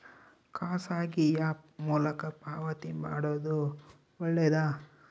ಖಾಸಗಿ ಆ್ಯಪ್ ಮೂಲಕ ಪಾವತಿ ಮಾಡೋದು ಒಳ್ಳೆದಾ?